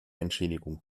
entschädigung